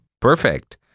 Perfect